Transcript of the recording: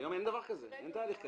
היום אין דבר כזה, אין תהליך כזה.